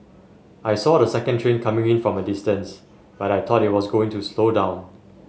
I saw the second train coming in from a distance but I thought it was going to slow down